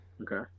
Okay